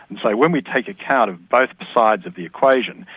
and so when we take account of both sides of the equation,